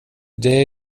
det